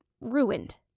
ruined